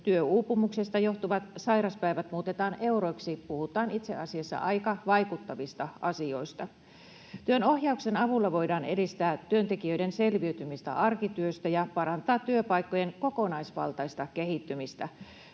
työuupumuksesta johtuvat sairaspäivät muutetaan euroiksi, puhutaan itse asiassa aika vaikuttavista asioista. Työnohjauksen avulla voidaan edistää työntekijöiden selviytymistä arkityöstä ja parantaa työpaikkojen kokonaisvaltaista kehittymistä.